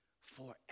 Forever